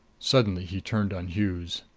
suddenly he turned on hughes.